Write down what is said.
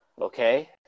Okay